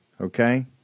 okay